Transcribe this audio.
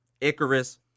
Icarus